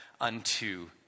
unto